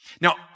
Now